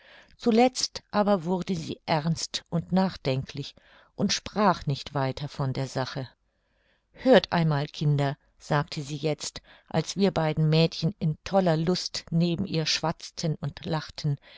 zuletzt aber wurde sie ernst und nachdenklich und sprach nicht weiter von der sache hört einmal kinder sagte sie jetzt als wir beiden mädchen in toller lust neben ihr schwatzten und lachten